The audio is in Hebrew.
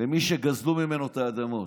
למי שגזלו ממנו את האדמות.